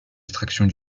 attractions